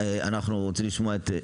אני מנסה לפרוט את הדברים,